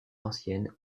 anciennes